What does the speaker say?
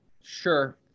Sure